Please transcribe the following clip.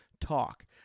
talk